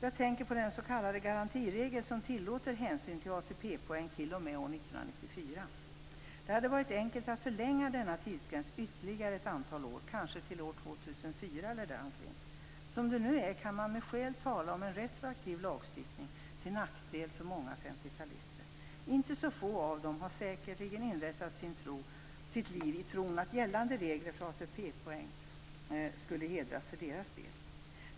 Jag tänker på den s.k. år 1994. Det hade varit enkelt att förlänga denna tidsgräns ytterligare ett antal år, kanske till år 2004 eller däromkring. Som det nu är kan man med skäl tala om en retroaktiv lagstiftning till nackdel för många femtiotalister. Inte så få av dem har säkerligen inrättat sina liv i tron att gällande regler för ATP poäng skulle hedras för deras del.